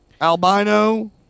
albino